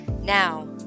Now